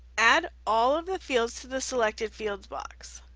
add all of the fields to the selected fields box,